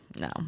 No